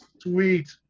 sweet